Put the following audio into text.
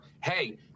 hey